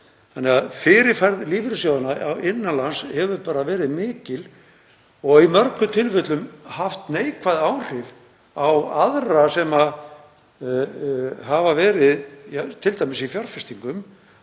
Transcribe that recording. þannig að fyrirferð lífeyrissjóðanna innan lands hefur verið mikil og í mörgum tilfellum haft neikvæð áhrif á aðra sem hafa verið t.d. í fjárfestingum.